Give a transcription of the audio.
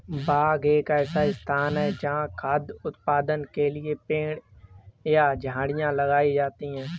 बाग एक ऐसा स्थान है जहाँ खाद्य उत्पादन के लिए पेड़ या झाड़ियाँ लगाई जाती हैं